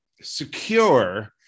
secure